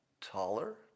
taller